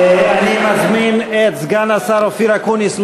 אני מזמין את סגן השר אופיר אקוניס,